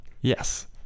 Yes